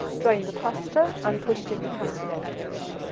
drain the pasta and put it in the casserole dish.